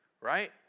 Right